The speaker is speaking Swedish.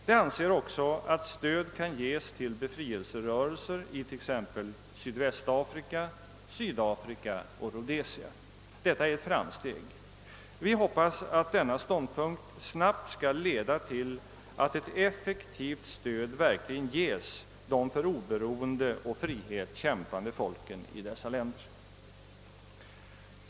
Det anser också att stöd kan ges till befrielserörelser i t.ex. Sydvästafrika, Sydafrika och Rhodesia. Detta är ett framsteg. Vi hoppas att denna ståndpunkt snabbt skall leda till att ett effektivt stöd verkligen lämnas de för oberoende och frihet kämpande folken i dessa länder.